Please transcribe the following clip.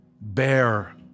bear